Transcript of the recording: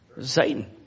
Satan